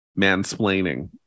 mansplaining